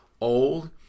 old